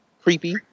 creepy